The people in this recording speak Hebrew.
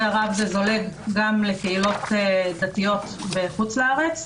הרב זה זולג גם לקהילות דתיות בחוץ-לארץ,